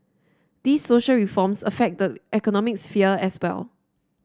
these social reforms affect the economic sphere as well